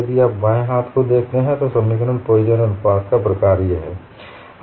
यदि आप बाएं हाथ को देखते हैं तो समीकरण पोइसन अनुपात Poisson's ratio का प्रकार्य है